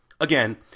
Again